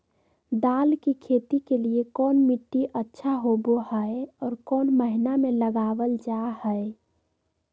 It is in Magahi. दाल की खेती के लिए कौन मिट्टी अच्छा होबो हाय और कौन महीना में लगाबल जा हाय?